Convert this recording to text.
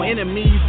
Enemies